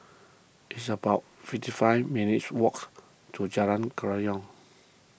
it's about fifty five minutes' walks to Jalan Kerayong